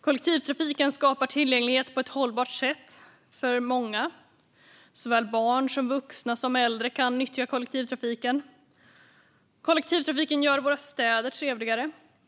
Kollektivtrafiken skapar tillgänglighet på ett hållbart sätt för många. Såväl barn som vuxna och äldre kan nyttja kollektivtrafiken. Kollektivtrafiken gör våra städer trevligare.